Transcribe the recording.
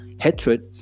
hatred